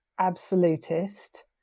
absolutist